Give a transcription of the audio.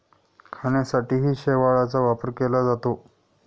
खाण्यासाठीही शेवाळाचा वापर केला जातो